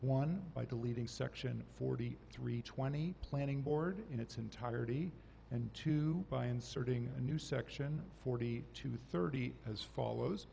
one by deleting section forty three twenty planning board in its entirety and to by inserting a new section forty two thirty as follows